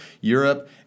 Europe